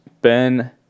Ben